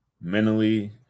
Mentally